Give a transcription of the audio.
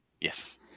Yes